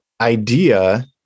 idea